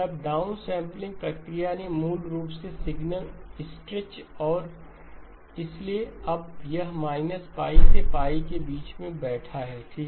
तब down sampling प्रक्रिया ने मूल रूप से सिग्नल स्ट्रेच और इसलिए अब यह π से के बीच में बैठा है ठीक